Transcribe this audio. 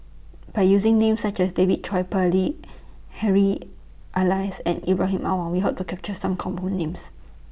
By using Names such as David Tay Poey Harry Elias and Ibrahim Awang We Hope to capture Some Common Names